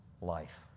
life